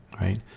right